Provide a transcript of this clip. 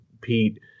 Pete